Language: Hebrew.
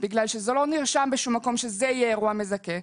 בגלל שזה לא נרשם בשום מקום שזה יהיה אירוע מזכה.